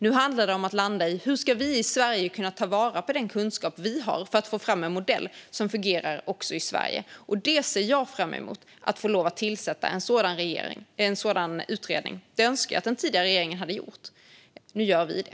Nu handlar det om att landa i hur vi i Sverige ska kunna ta vara på den kunskap som vi har för att få fram en modell som fungerar också i Sverige. Och jag ser fram emot att få tillsätta en sådan utredning. Det önskar jag att den tidigare regeringen hade gjort. Nu gör vi det.